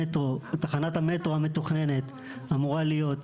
המטרו לתחנת המטרו המתוכננת אמורה להיות,